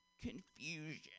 confusion